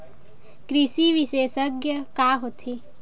कृषि विशेषज्ञ का होथे?